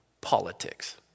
politics